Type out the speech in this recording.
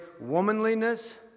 womanliness